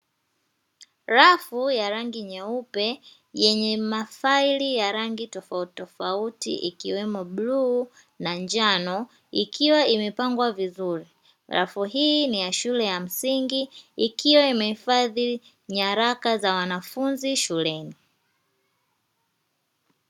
Rafu ya rangi nyeupe, yenye mafaili ya rangi tofautitofauti ikiwemo bluu na njano ikiwa imepangwa vizuri. Rafu hii ni ya shule ya msingi ikiwa imehifadhi nyaraka za wanafunzi shuleni.